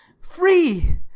free